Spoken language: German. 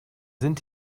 sind